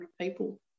people